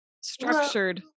structured